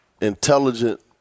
intelligent